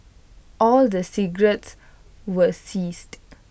all the cigarettes were seized